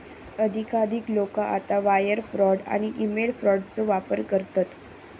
अधिकाधिक लोका आता वायर फ्रॉड आणि ईमेल फ्रॉडचो वापर करतत